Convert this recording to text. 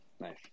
Nice